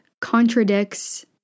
contradicts